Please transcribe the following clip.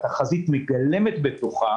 התחזית מגלמת בתוכה